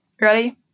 Ready